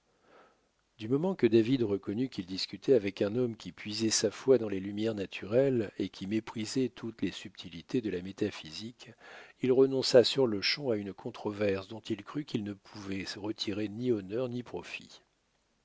du moment que david reconnut qu'il discutait avec un homme qui puisait sa foi dans les lumières naturelles et qui méprisait toutes les subtilités de la métaphysique il renonça sur-le-champ à une controverse dont il crut qu'il ne pouvait retirer ni honneur ni profit